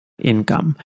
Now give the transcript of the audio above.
income